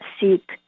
seek